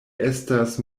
estas